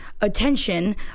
attention